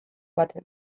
bat